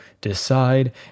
decide